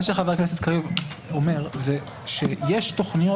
מה שחבר הכנסת קריב אומר זה שיש תוכניות